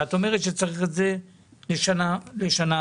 את אומרת שצריך את זה לשנה הבאה.